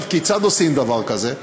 כיצד עושים דבר כזה?